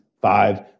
five